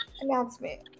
announcement